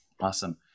Awesome